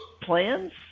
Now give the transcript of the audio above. plans